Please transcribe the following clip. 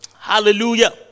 Hallelujah